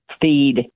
feed